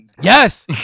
yes